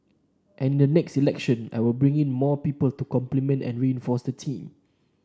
and in the next election I will be bringing in more people to complement and reinforce that team